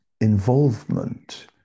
involvement